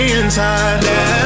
inside